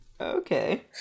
Okay